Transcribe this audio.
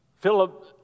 Philip